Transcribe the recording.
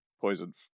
poisoned